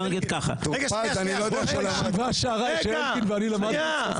בישיבה שהרב אלקין ואני למדנו --- בוא נגיד ככה,